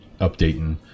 updating